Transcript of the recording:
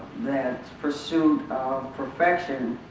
that pursuit of perfection